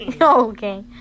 Okay